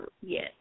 Yes